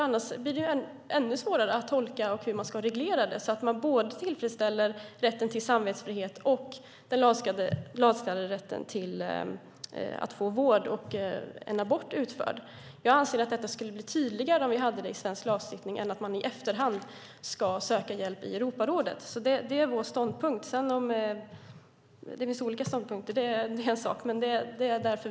Annars blir det ännu svårare att tolka och reglera detta så att man tillfredsställer både rätten till samvetsfrihet och den lagstadgade rätten att få vård och en abort utförd. Det skulle bli enklare om vi hade rätten till samvetsfrihet i svensk lagstiftning än att man i efterhand ska söka hjälp i Europarådet. Det är vår ståndpunkt. Det finns olika ståndpunkter, och det är en sak.